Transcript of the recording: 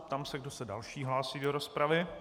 Ptám se, kdo se další hlásí do rozpravy.